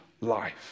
life